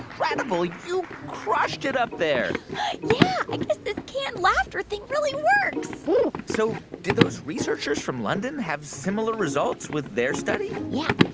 kind of you crushed it up there yeah, i guess this canned laughter thing really works so did those researchers from london have similar results with their study? yeah.